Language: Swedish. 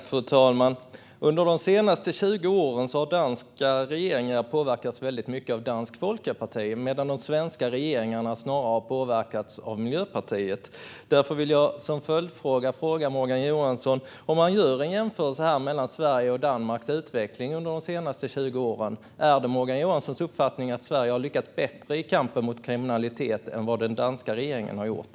Fru talman! Under de senaste 20 åren har danska regeringar påverkats väldigt mycket av Dansk Folkeparti medan de svenska regeringarna snarare har påverkats av Miljöpartiet. Därför vill jag ställa en följdfråga till Morgan Johansson. Om han gör en jämförelse mellan Sveriges och Danmarks utveckling under de senaste 20 åren, är det Morgan Johanssons uppfattning att Sverige har lyckats bättre i kampen mot kriminalitet än Danmark har gjort?